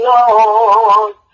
Lord